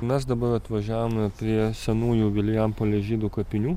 mes dabar atvažiavome prie senųjų vilijampolės žydų kapinių